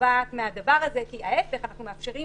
שנובעת מהדבר הזה, ההיפך, אנחנו מאפשרים